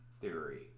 theory